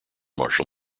marshal